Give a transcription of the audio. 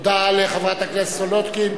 תודה לחברת הכנסת סולודקין.